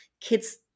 kids